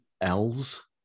l's